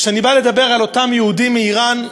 כשאני מדבר על אותם יהודים מאיראן,